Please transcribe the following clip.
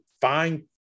find